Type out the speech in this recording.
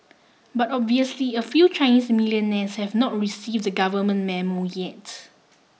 but obviously a few Chinese millionaires have not received the government memo yet